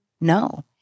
No